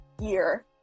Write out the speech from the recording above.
year